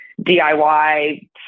DIY